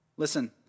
Listen